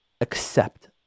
accept